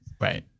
Right